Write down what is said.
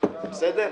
בסדר?